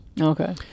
Okay